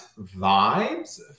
vibes